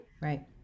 Right